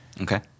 Okay